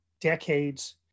decades